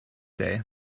day